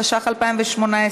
התשע"ח 2018,